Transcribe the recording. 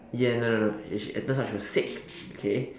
ya no no no and she and turned out she was sick okay